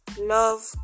love